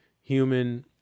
human